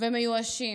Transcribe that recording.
והם מיואשים.